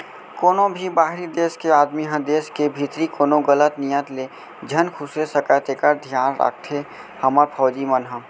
कोनों भी बाहिरी देस के आदमी ह देस के भीतरी कोनो गलत नियत ले झन खुसरे सकय तेकर धियान राखथे हमर फौजी मन ह